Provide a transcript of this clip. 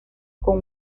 con